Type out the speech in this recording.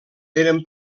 eren